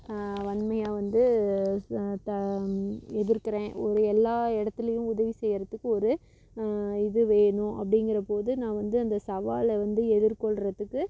வன்மையாக வந்து எதிர்க்கிறேன் ஒரு எல்லா இடத்துலையும் உதவி செய்கிறதுக்கு ஒரு இது வேணும் அப்படிங்கற போது நான் வந்து அந்த சவாலை வந்து எதிர்க்கொள்கிறதுக்கு